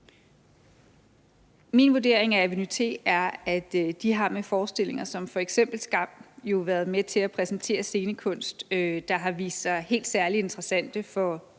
Min vurdering er, at Aveny-T med forestillinger som f.eks. »Skam« jo har været med til at præsentere scenekunst, der har vist sig helt særlig interessant for